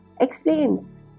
explains